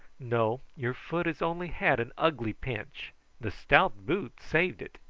no your foot has only had an ugly pinch the stout boot saved it.